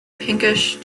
pinkish